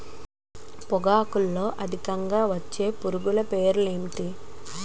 పొగాకులో అధికంగా వచ్చే పురుగుల పేర్లు ఏంటి